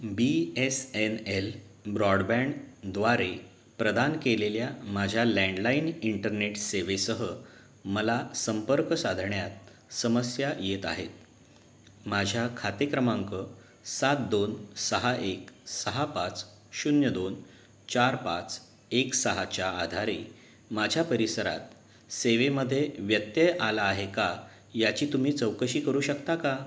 बी S N L ब्रॉडबँडद्वारे प्रदान केलेल्या माझ्या लँडलाईन इंटरनेट सेवेसह मला संपर्क साधण्यात समस्या येत आहेत माझ्या खाते क्रमांक सात दोन सहा एक सहा पाच शून्य दोन चार पाच एक सहाच्या आधारे माझ्या परिसरात सेवेमध्ये व्यत्यय आला आहे का याची तुम्ही चौकशी करू शकता का